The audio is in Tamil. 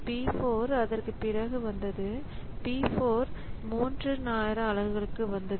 P 4 அதற்குப் பிறகு வந்தது P 4 3 நேர அலகுக்கு வந்தது